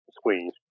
squeeze